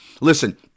Listen